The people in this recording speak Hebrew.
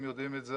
הם יודעים את זה,